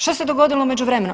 Što se dogodilo u međuvremenu?